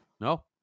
No